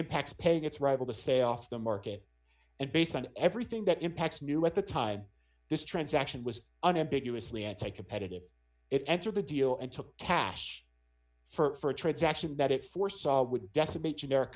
impacts paying its rival to stay off the market and based on everything that impacts knew at the time this transaction was unambiguous lianne take competitive it entered the deal and took cash for a transaction that it foresaw would decimate generic